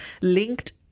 linked